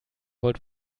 wollt